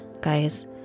guys